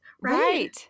right